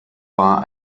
war